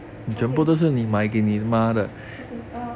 okay okay err